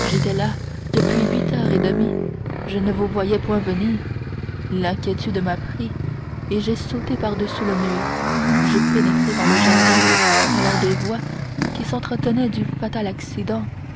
j'étais là depuis huit heures et demie je ne vous voyais point venir l'inquiétude m'a pris j'ai sauté par-dessus le mur j'ai pénétré dans le jardin alors des voix qui s'entretenaient du fatal accident